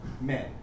men